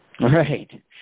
Right